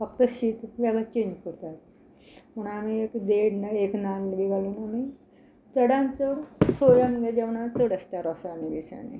फकत शीत जाल्यार चेंज करतात म्हण आमी एक देड ना एक नाल्ल बी घालून आमी चडान चड सोय आमगे जेवणान चड आसता रोसानी बिसांनी